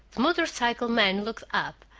motor-cycle man looked up,